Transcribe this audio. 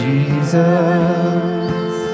Jesus